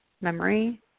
memory